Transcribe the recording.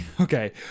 Okay